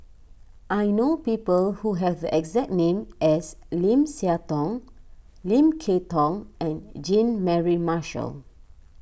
I know people who have the exact name as Lim Siah Tong Lim Kay Tong and Jean Mary Marshall